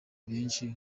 benshi